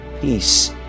Peace